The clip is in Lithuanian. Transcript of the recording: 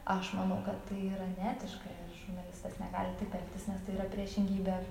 aš manau kad tai yra neetiška ir žurnalistas negali taip elgtis nes tai yra priešingybė